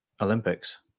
Olympics